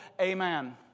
Amen